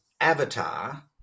avatar